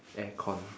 aircon